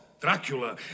Dracula